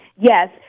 Yes